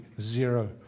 zero